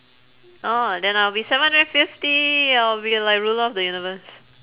oh then I will seven hundred fifty I will be like ruler of the universe